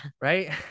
right